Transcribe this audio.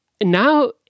now